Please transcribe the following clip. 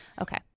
okay